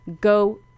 Go